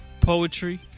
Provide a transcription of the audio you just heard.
poetry